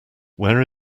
where